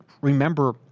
remember